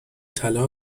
طلا